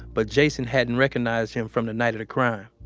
but jason hadn't recognized him from the night of the crime